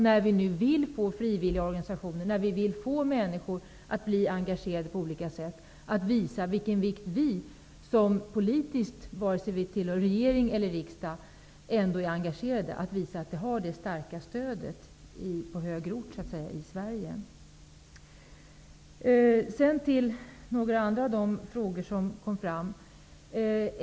När vi nu vill få frivilliga organisationer och människor att bli engagerade på olika sätt måste vi som politiker, vare sig vi tillhör regering eller riksdag, visa vilken vikt vi lägger vid denna fråga. Vi måste visa att det finns ett starkt engagemang på högre ort i Sverige så att säga. Jag vill sedan nämna några andra frågor som togs upp.